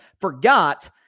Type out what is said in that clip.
forgot